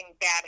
bad